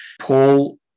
Paul